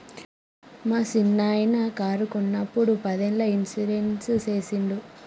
మా సిన్ననాయిన కారు కొన్నప్పుడు పదేళ్ళ ఇన్సూరెన్స్ సేసిండు